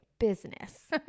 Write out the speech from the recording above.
business